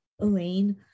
Elaine